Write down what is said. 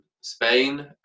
Spain